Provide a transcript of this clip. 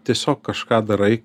tiesiog kažką darai